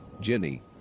Jenny